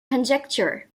conjecture